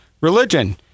religion